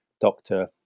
doctor